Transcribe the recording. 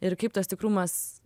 ir kaip tas tikrumas